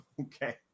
Okay